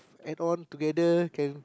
add on together can